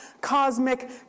cosmic